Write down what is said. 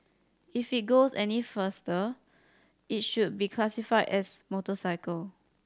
if it goes any faster it should be classify as motorcycle